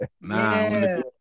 Nah